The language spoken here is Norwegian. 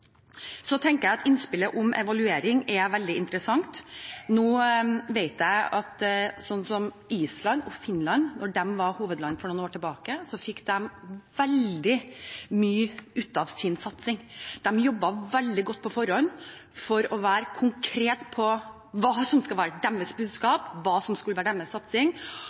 Innspillet om evaluering er veldig interessant. Jeg vet at da Island og Finland var hovedland for noen år tilbake, fikk de veldig mye ut av sin satsing. De jobbet veldig godt på forhånd for å være konkrete på hva som skulle være deres budskap, hva som skulle være deres satsing.